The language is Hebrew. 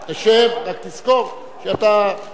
תשב, רק תזכור שאתה,